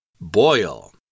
Boil